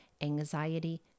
anxiety